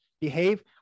behave